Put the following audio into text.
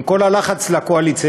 עם כל הלחץ של הקואליציה,